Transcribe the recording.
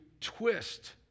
twist